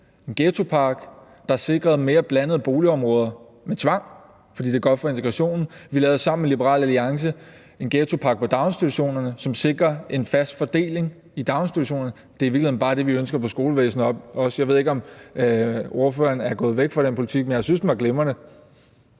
en ghettopakke, der sikrede mere blandede boligområder med tvang, fordi det er godt for integrationen. Vi lavede sammen med Liberal Alliance en ghettopakke for daginstitutionerne, som sikrer en fast fordeling i daginstitutionerne. Det er i virkeligheden bare det, vi ønsker for skolevæsenet også. Jeg ved ikke, om ordføreren er gået væk fra den politik, men jeg synes, den var glimrende.